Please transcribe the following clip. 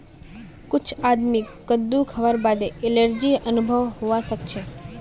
कुछ आदमीक कद्दू खावार बादे एलर्जी अनुभव हवा सक छे